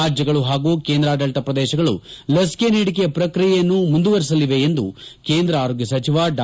ರಾಜ್ಞಗಳು ಹಾಗೂ ಕೇಂದ್ರಾಡಳತ ಪ್ರದೇಶಗಳು ಲಸಿಕೆ ನೀಡಿಕೆ ಪ್ರಕ್ರಿಯೆಯನ್ನು ಮುಂದುವರಿಸಲಿವೆ ಎಂದು ಕೇಂದ್ರ ಆರೋಗ್ಯ ಸಚಿವ ಡಾ